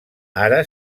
ara